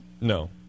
No